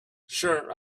sure